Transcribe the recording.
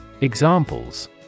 Examples